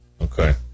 Okay